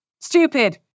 Stupid